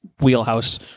wheelhouse